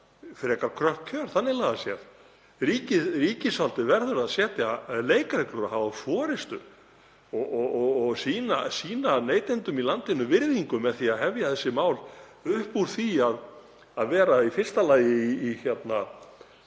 við frekar kröpp kjör þannig lagað séð. Ríkisvaldið verður að setja leikreglur og hafa forystu og sýna neytendum í landinu virðingu með því að hefja þessi mál upp úr því að vera í fyrsta lagi í